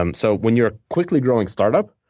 um so when you're a quickly growing start up,